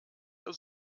zur